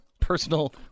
Personal